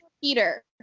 Peter